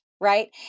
right